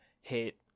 hit